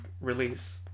release